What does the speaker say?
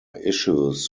issues